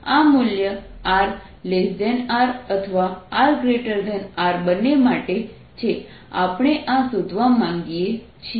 આ મૂલ્ય rR અથવા rR બંને માટે છે આપણે આ શોધવા માંગીએ છીએ